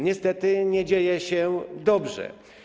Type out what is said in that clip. Niestety nie dzieje się dobrze.